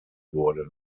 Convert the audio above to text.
wurde